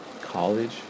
College